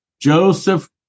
Joseph